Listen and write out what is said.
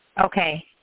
Okay